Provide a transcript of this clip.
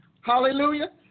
Hallelujah